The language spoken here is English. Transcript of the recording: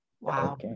Wow